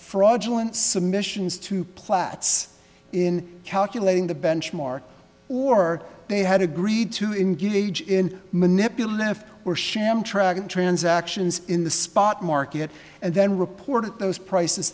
fraudulent submissions to platts in calculating the benchmark or they had agreed to engage in manipulative or sham track of transactions in the spot market and then report those prices